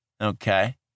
Okay